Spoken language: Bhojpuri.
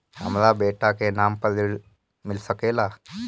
हमरा बेटा के नाम पर ऋण मिल सकेला?